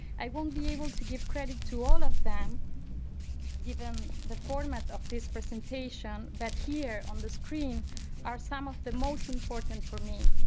i won't be able to give credit to all of them given the format of this presentation, but here on the screen are some of the most important for me.